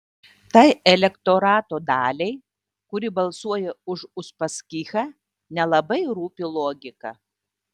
tai elektorato daliai kuri balsuoja už uspaskichą nelabai rūpi logika